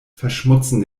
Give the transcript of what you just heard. verschmutzen